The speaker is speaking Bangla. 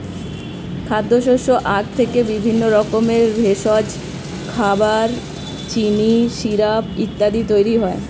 খাদ্যশস্য আখ থেকে বিভিন্ন রকমের ভেষজ, খাবার, চিনি, সিরাপ ইত্যাদি তৈরি হয়